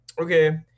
okay